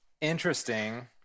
interesting